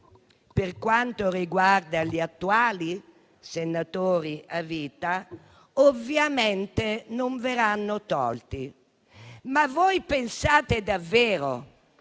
per quanto riguarda gli attuali senatori a vita, questi ovviamente non verranno tolti. Ma voi pensate davvero